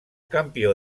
campió